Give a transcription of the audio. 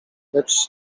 lecz